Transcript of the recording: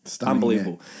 unbelievable